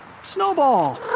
Snowball